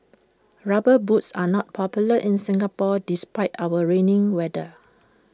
rubber boots are not popular in Singapore despite our rainy weather